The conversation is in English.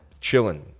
chilling